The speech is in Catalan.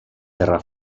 terra